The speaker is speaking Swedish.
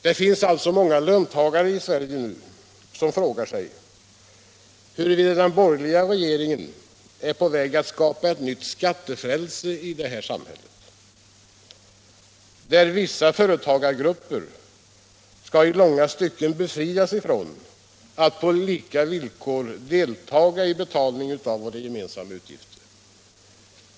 Det finns alltså löntagare i Sverige som nu frågar sig huruvida den borgerliga regeringen är på väg att skapa ett nytt ”skattefrälse” i samhället, där vissa företagargrupper skall i långa stycken befrias från att på lika villkor delta i betalningen av våra gemensamma utgifter.